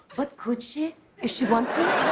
but could she? if she want to?